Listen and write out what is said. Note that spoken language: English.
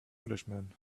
englishman